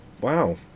wow